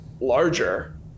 larger